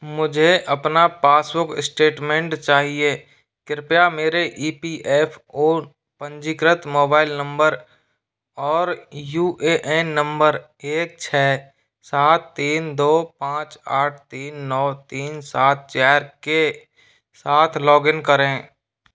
मुझे अपना passbook statement चाहिए कृपया मेरे ई पी एफ़ ओ पंजीकृत मोबाइल नम्बर और यू ए एन नम्बर एक छः सात तीन दो पाँच आठ तीन नौ तीन सात चार के साथ लॉगिन करें